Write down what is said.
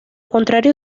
contrario